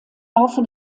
laufe